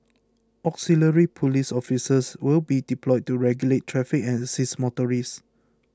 auxiliary police officers will be deployed to regulate traffic and assist motorists